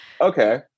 okay